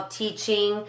teaching